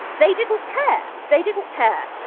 they didn't care. they didn't care,